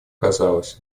казалось